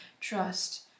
trust